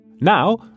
Now